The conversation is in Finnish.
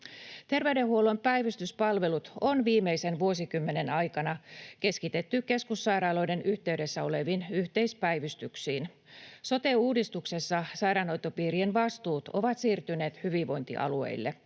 Terveydenhuollon päivystyspalvelut on viimeisen vuosikymmenen aikana keskitetty keskussairaaloiden yhteydessä oleviin yhteispäivystyksiin. Sote-uudistuksessa sairaanhoitopiirien vastuut ovat siirtyneet hyvinvointialueille.